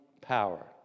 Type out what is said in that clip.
power